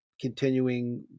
continuing